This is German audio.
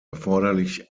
erforderlich